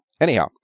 Anyhow